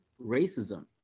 racism